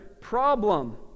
problem